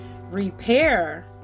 repair